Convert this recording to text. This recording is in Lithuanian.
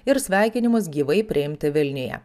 ir sveikinimus gyvai priimti vilniuje